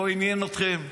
לא עניין אתכם,